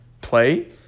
play